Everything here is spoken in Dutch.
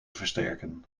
versterken